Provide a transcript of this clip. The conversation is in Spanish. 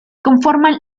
conforman